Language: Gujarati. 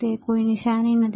તેની કોઈ નિશાની નથી